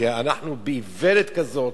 כי אנחנו באיוולת כזאת,